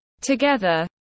Together